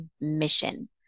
mission